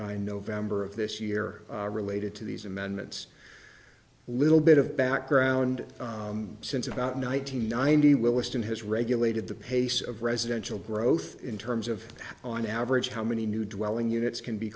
in november of this year related to these amendments little bit of background since about nine hundred ninety williston has regulated the pace of residential growth in terms of on average how many new dwelling units can be